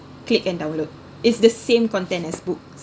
click and download it's the same content as books